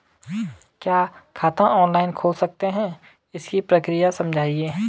क्या खाता ऑनलाइन खोल सकते हैं इसकी प्रक्रिया समझाइए?